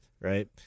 right